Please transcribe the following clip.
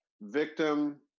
Victim